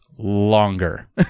Longer